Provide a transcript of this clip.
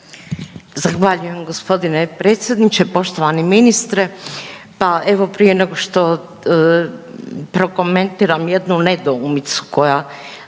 Zahvaljujem gospodine predsjedniče. Poštovani ministre, pa evo prije nego što prokomentiram jednu nedoumicu koja